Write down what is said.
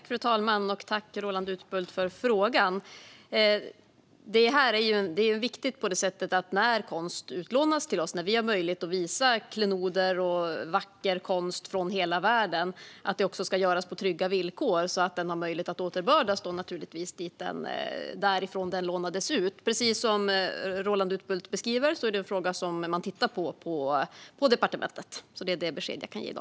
Fru talman! Jag tackar Roland Utbult för frågan. Detta är viktigt. När konst utlånas till oss och vi har möjlighet att visa klenoder och vacker konst från hela världen ska det ske på trygga villkor så att konsten har möjlighet att återbördas dit där den lånades ut ifrån. Precis som Roland Utbult beskriver är detta en fråga som man tittar på inom departementet, och det är det besked jag kan ge i dag.